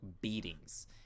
beatings